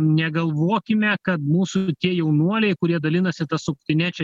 negalvokime kad mūsų tie jaunuoliai kurie dalinasi ta suktine čia